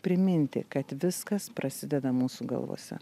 priminti kad viskas prasideda mūsų galvose